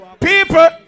People